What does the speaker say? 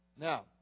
Now